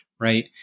Right